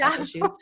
issues